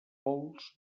pols